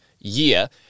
year